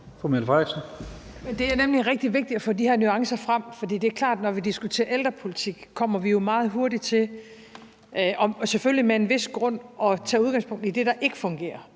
Det er nemlig rigtig vigtigt at få de her nuancer frem, for det er klart, at når vi diskuterer ældrepolitik, kommer vi jo meget hurtigt til, og selvfølgelig med en vis grund, at tage udgangspunkt i det, der ikke fungerer,